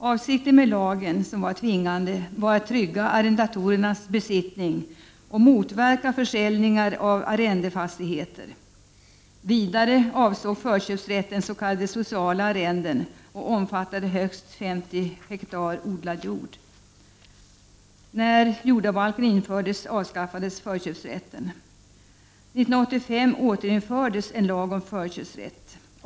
Avsikten med lagen, som var tvingande, var att trygga arrendatorernas besittning och motverka försäljningar av arrendefastigheter. Vidare avsåg förköpsrätten s.k. sociala arrenden och omfattade högst 50 ha odlad jord. När jordabalken infördes avskaffades förköpsrätten. 1985 återinfördes en lag om förköpsrätt.